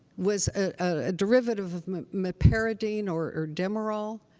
was a derivative of meperidine or demerol.